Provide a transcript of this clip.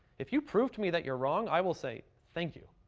if you prove to me that you're wrong, i will say, thank you,